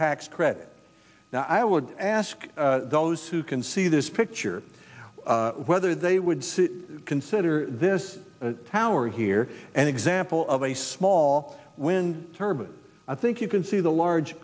tax credit now i would ask those who can see this picture whether they would consider this tower here an example of a small wind turbine i think you can see the large